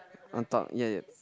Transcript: on top ya